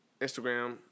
Instagram